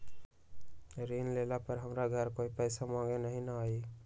ऋण लेला पर हमरा घरे कोई पैसा मांगे नहीं न आई?